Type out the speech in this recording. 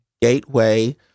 Gateway